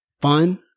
fun